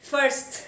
First